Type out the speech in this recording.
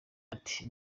ati